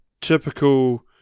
typical